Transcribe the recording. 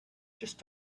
just